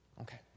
okay